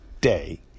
day